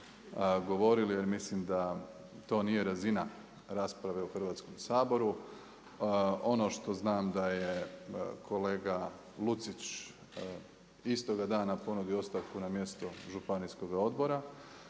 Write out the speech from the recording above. govorili, jer mislim da to nije razina rasprave u Hrvatskom saboru. Ono što znam da je kolega Lucić istoga dana ponudio ostavku na mjesto županijskoga odbora,